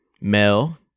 Mel